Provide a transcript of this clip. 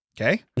Okay